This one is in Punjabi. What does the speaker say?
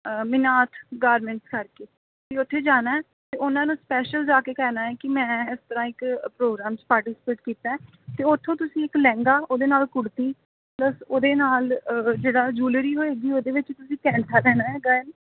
ਮੀਨਾਥ ਗਾਰਮੈਂਟ ਕਰਕੇ ਤੁਸੀਂ ਉੱਥੇ ਜਾਣਾ ਹੈ ਅਤੇ ਉਹਨਾਂ ਨੂੰ ਸਪੈਸ਼ਲ ਜਾ ਕੇ ਕਹਿਣਾ ਹੈ ਕਿ ਮੈਂ ਇਸ ਤਰ੍ਹਾਂ ਇੱਕ ਪ੍ਰੋਗਰਾਮ 'ਚ ਪਾਰਟੀਸੀਪੇਟ ਕੀਤਾ ਹੈ ਅਤੇ ਉੱਥੋਂ ਤੁਸੀਂ ਇੱਕ ਲਹਿੰਗਾ ਉਹਦੇ ਨਾਲ ਕੁੜਤੀ ਪਲੱਸ ਉਹਦੇ ਨਾਲ ਜਿਹੜਾ ਜੂਅਲਰੀ ਹੋਏਗੀ ਉਹਦੇ ਵਿੱਚ ਤੁਸੀਂ ਕੈਂਠਾ ਲੈਣਾ ਹੈਗਾ ਹੈ